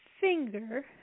finger